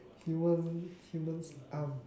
human humans arm